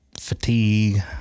fatigue